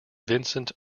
vincent